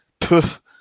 poof